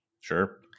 Sure